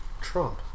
Trump